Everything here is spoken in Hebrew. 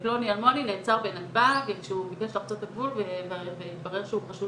פלוני אלמוני נעצר בנתב"ג כשהוא ביקש לחצות את הגבול והתברר שהוא חשוב